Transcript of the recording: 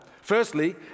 Firstly